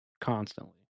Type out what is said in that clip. constantly